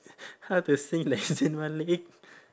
how to sing like zayn malik